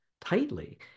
tightly